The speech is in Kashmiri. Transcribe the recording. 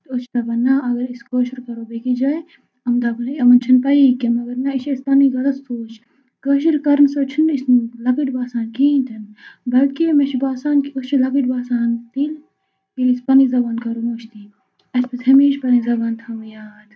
تہٕ أسۍ چھِ دَپان نہ اَگر أسۍ کٲشُر کَرو بیٚکِس جایہِ یِم دَپَن یِمَن چھنہٕ پَیی کیٚنٛہہ مگر نَہ یہِ چھِ اَسہِ پَنٕنۍ غَلط سونٛچ کٲشُر کَرنہٕ سۭتۍ چھِنہٕ أسۍ لکٕٹۍ باسان کِہیٖنۍ تہِ نہٕ بٔلکہِ مےٚ چھُ باسان کہِ أسۍ چھِ لَکٕٹۍ باسان تیٚلہِ ییٚلہِ أسۍ پَنٕنۍ زَبان کَرو مٔشتی اَسہِ پَزِ ہمیشہِ پَنٕنۍ زَبان تھاوٕنۍ یاد